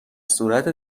صورت